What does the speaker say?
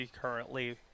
currently –